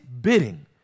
bidding